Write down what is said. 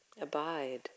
abide